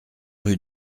rue